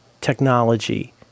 technology